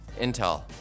Intel